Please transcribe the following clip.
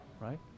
right